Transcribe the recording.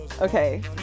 okay